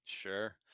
Sure